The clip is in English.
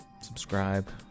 Subscribe